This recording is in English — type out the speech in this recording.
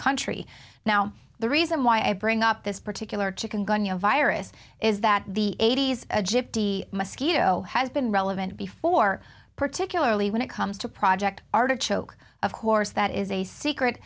country now the reason why i bring up this particular chicken gunyah virus is that the eighty's a gypsy mosquito has been relevant before particularly when it comes to project artichoke of course that is a secret